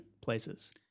places